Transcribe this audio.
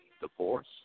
Divorce